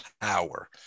power